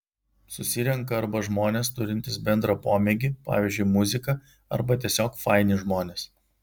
susirenka arba žmonės turintys bendrą pomėgį pavyzdžiui muziką arba tiesiog faini žmonės